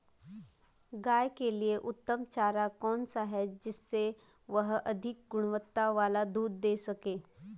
गाय के लिए उत्तम चारा कौन सा है जिससे वह अधिक गुणवत्ता वाला दूध दें सके?